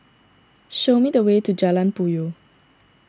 show me the way to Jalan Puyoh